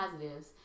positives